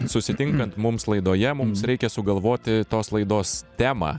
susitinkant mums laidoje mums reikia sugalvoti tos laidos temą